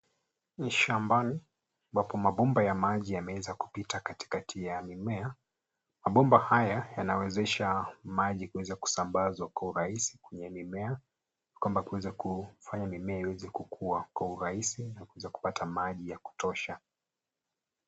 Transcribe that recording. Ni shambani ambapo mabomba ya maji yameweza kupita katikati ya mimea. Mabomba haya yanawezesha maji kuweza kusambaza kwa urahisi kwenye mimea, kuweza kufanya mimea kukua kwa urahisi na kuweza kupata maji ya kutosha.